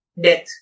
death